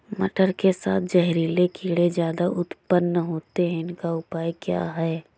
मटर के साथ जहरीले कीड़े ज्यादा उत्पन्न होते हैं इनका उपाय क्या है?